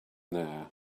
there